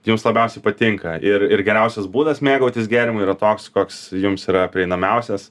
jums labiausiai patinka ir ir geriausias būdas mėgautis gėrimu yra toks koks jums yra prieinamiausias